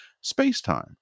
space-time